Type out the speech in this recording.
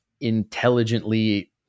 intelligently